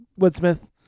Woodsmith